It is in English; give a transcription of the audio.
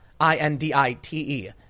I-N-D-I-T-E